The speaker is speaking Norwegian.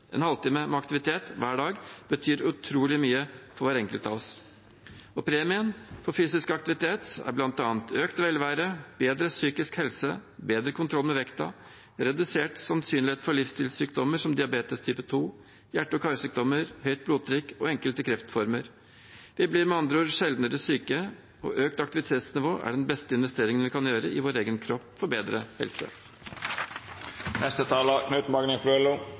En halvtime med aktivitet hver dag betyr utrolig mye for hver enkelt av oss. Premien for fysisk aktivitet er bl.a. økt velvære, bedre psykisk helse, bedre kontroll med vekten og redusert sannsynlighet for livsstilsykdommer som diabetes type 2, hjerte- og karsykdommer, høyt blodtrykk og enkelte kreftformer. Vi blir med andre ord sjeldnere syke. Økt aktivitetsnivå er den beste investeringen vi kan gjøre i vår egen kropp for bedre helse.